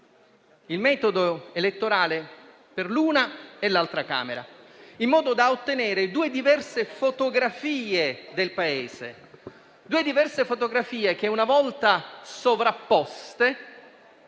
il metodo elettorale per l'una e l'altra Camera, in modo da ottenere due diverse fotografie del Paese, che, una volta sovrapposte,